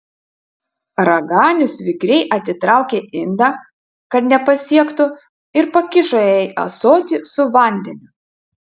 raganius vikriai atitraukė indą kad nepasiektų ir pakišo jai ąsotį su vandeniu